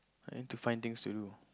I need to find things to do